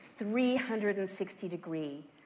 360-degree